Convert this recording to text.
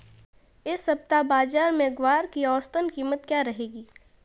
इस सप्ताह बाज़ार में ग्वार की औसतन कीमत क्या रहेगी?